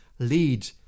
lead